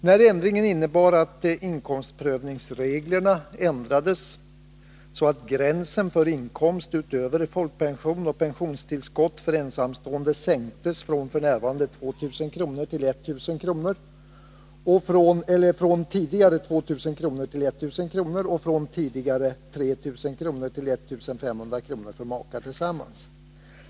Det här innebar att inkomstprövningsreglerna ändrades så att gränsen för inkomst utöver folkpension och pensionstillskott sänktes från tidigare 2 000 till I 000 kr. för ensamstående och från tidigare 3 000 till 1 500 kr. för makar tillsammans.